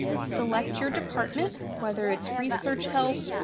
select your department, whether it's research help,